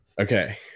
Okay